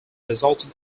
resulted